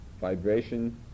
vibration